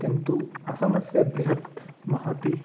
किन्तु असमस्य बृहत् महती